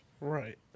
Right